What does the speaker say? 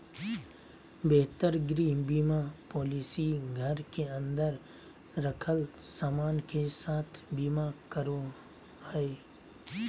बेहतर गृह बीमा पॉलिसी घर के अंदर रखल सामान के साथ बीमा करो हय